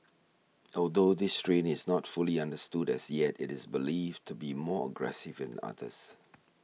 although this strain is not fully understood as yet it is believed to be more aggressive than others